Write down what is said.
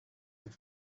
and